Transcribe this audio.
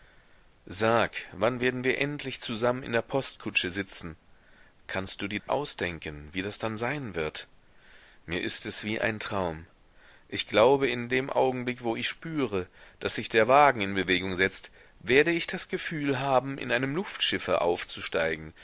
sag wann werden wir endlich zusammen in der postkutsche sitzen kannst du dir ausdenken wie das dann sein wird mir ist es wie ein traum ich glaube in dem augenblick wo ich spüre daß sich der wagen in bewegung setzt werde ich das gefühl haben in einem luftschiffe aufzusteigen